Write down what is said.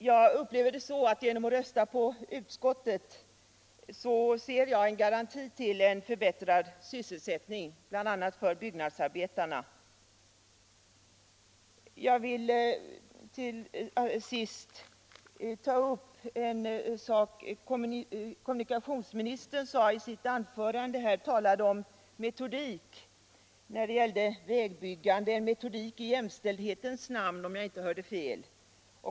Jag ser ett bifall till utskottets hemställan som en garanti för en förbättrad sysselsättning, bl.a. för byggnadsarbetarna. Jag vill till sist ta upp en sak som kommunikationsministern berörde i sitt anförande. Han talade om metodik när det gäller vägbyggande, en metodik i jämställdhetens namn — om jag inte hörde fel.